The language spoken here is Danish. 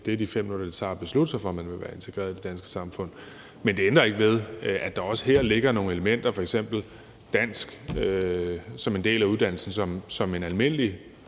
det er de 5 minutter, det tager at beslutte sig for, at man vil være integreret i det danske samfund. Men det ændrer ikke ved, at der også her ligger nogle elementer, f.eks. dansk som en del af uddannelsen, som et almindeligt